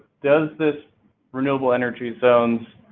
does this renewable energy zones